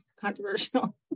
controversial